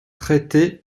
traité